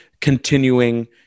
continuing